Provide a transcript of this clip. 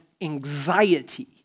anxiety